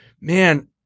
man